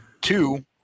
Two